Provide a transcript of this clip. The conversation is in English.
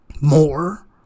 more